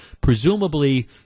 Presumably